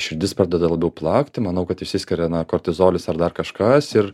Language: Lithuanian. širdis pradeda labiau plakti manau kad išsiskiria na kortizolis ar dar kažkas ir